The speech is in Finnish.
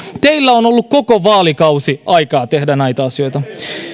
teillä on ollut koko vaalikausi aikaa tehdä näitä asioita